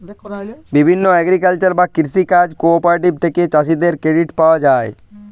বিভিন্ন এগ্রিকালচারাল বা কৃষি কাজ কোঅপারেটিভ থেকে চাষীদের ক্রেডিট পাওয়া যায়